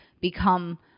become